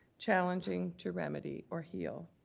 challenging to remedy or heal.